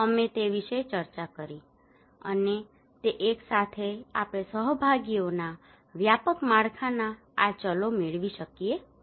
અમે તે વિશે ચર્ચા કરી અને તે એક સાથે આપણે સહભાગીઓના વ્યાપક માળખાના આ ચલો મેળવી શકીએ છીએ